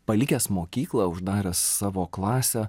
palikęs mokyklą uždaręs savo klasę